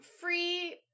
free